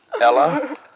Ella